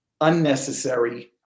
unnecessary